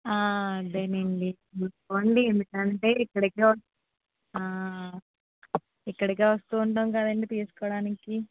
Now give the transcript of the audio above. అదేనండి చూసుకోండి ఎందుకంటే ఇక్కడికే వస్తు ఇక్కడికే వస్తూ ఉంటాం కదండి తీసుకోడానికి